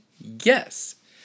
Yes